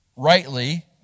Rightly